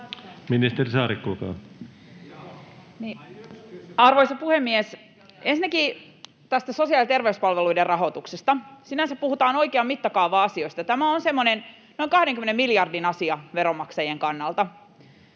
Time: 16:51 Content: Arvoisa puhemies! Ensinnäkin tästä sosiaali‑ ja terveyspalveluiden rahoituksesta: Sinänsä puhutaan oikean mittakaavan asioista. Tämä on semmoinen noin 20 miljardin asia veronmaksajien kannalta.